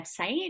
website